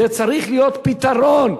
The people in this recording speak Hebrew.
צריך להיות פתרון.